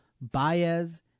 Baez